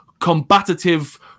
combative